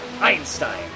Einstein